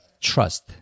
trust